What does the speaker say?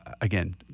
Again